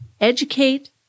educate